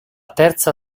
terza